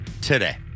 today